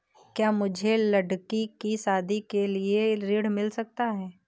क्या मुझे लडकी की शादी के लिए ऋण मिल सकता है?